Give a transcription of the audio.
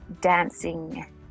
dancing